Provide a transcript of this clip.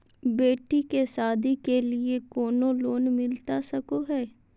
बेटी के सादी के लिए कोनो लोन मिलता सको है?